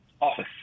office